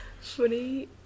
Funny